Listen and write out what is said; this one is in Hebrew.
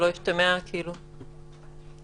שלא ישתמע כאילו --- שמה?